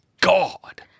God